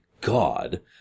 God